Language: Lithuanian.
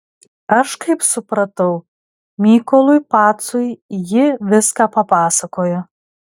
aš kaip supratau mykolui pacui ji viską papasakojo